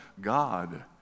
God